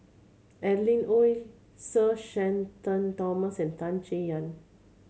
Adeline Ooi Sir Shenton Thomas and Tan Chay Yan